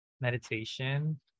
meditation